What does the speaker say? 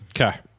Okay